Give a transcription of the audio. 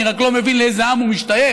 אני רק לא מבין לאיזה עם הוא משתייך,